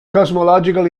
cosmological